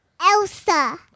Elsa